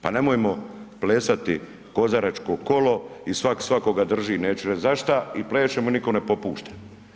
Pa nemojmo plesati kozaračko kolo i svak svakoga drži, neću reći za šta i plešemo, nitko ne popušta.